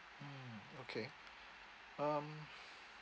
mm okay um